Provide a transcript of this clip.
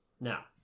Now